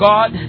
God